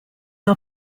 are